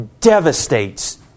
devastates